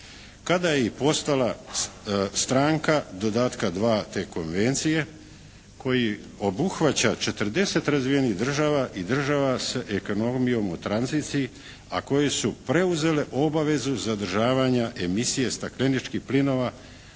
kada je i postala stranka dodatka 2. te Konvencije koji obuhvaća 40 razvijenih država i država s ekonomijom u tranziciji a koje su preuzele obavezu zadržavanja emisije stakleničkih plinova